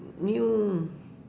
new